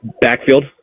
backfield